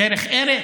דרך ארץ?